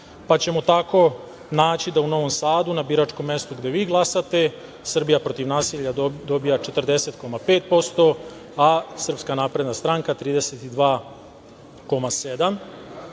pa ćemo tako naći da u Novom Sadu na biračkom mestu gde vi glasate Srbija protiv nasilja dobija 40,5% a SNS 32,7%.